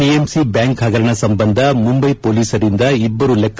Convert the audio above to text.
PMC bank ಹಗರಣ ಸಂಬಂಧ ಮುಂಬೈ ಪೊಲೀಸರಿಂದ ಇಬ್ಬರು ಲೆಕ್ಸ